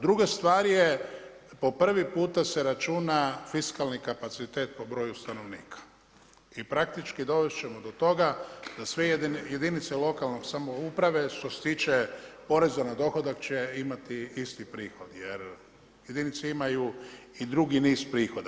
Druga stvar je po prvi puta se računa fiskalni kapacitet po broju stanovnika i praktički dovest ćemo do toga da sve jedinice lokalne samouprave što se tiče poreza na dohodak će imati isti prihod jer jedinice imaju i drugi niz prihoda.